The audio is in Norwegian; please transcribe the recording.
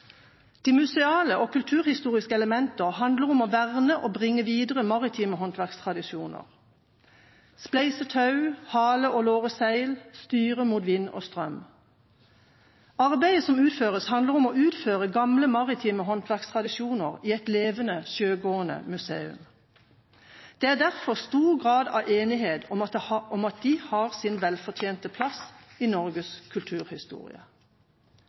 De museale og kulturhistoriske elementene handler om å verne og bringe videre maritime håndverkstradisjoner – spleise tau, hale og låre seil, styre mot vind og strøm. Arbeidet handler om å utføre gamle maritime håndverkstradisjoner i et levende, sjøgående museum. Det er derfor stor grad av enighet om at de har sin velfortjente plass i Norges kulturhistorie.